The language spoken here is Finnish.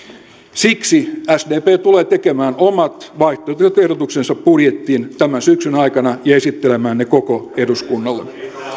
siksi sdp tulee tekemään omat vaihtoehtoiset ehdotuksensa budjettiin tämän syksyn aikana ja esittelemään ne koko eduskunnalle